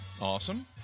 Awesome